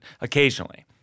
occasionally